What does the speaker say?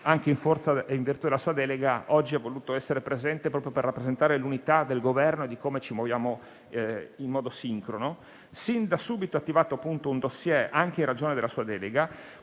e che, anzi, in virtù della sua delega oggi ha voluto essere presente proprio per rappresentare l'unità del Governo e di come ci muoviamo in modo sincrono - sin da subito ha attivato appunto un *dossier*, anche in ragione della sua delega.